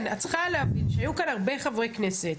את צריכה להבין שהיו כאן הרבה חברי כנסת,